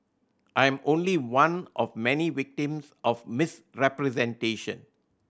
I am only one of many victims of misrepresentation